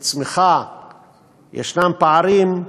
וצמיחה יש פערים,